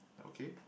okay